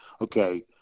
okay